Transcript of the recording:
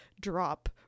drop